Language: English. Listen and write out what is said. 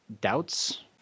doubts